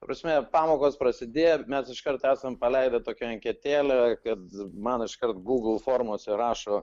prasme pamokos prasidėjo mes iškart esam paleidę tokią anketėlę kad man iškart google formose rašo